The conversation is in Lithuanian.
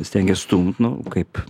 stengiasi stumt nu kaip